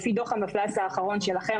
לפי דוח המפל"ס האחרון שלכם,